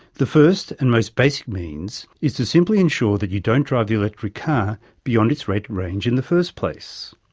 the first and most basic means is to simply ensure that you don't drive the electric car beyond its rated range in the first place.